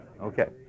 Okay